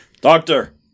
Doctor